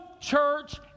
church